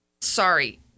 Sorry